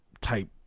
type